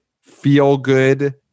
feel-good